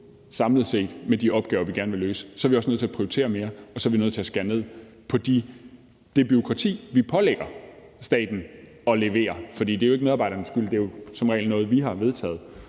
samlet set med de opgaver, vi gerne vil løse, er vi også nødt til at prioritere mere, og så er vi nødt til at skære ned på det bureaukrati, vi pålægger staten at levere. For det er jo ikke medarbejdernes skyld; det er som regel noget, vi har vedtaget.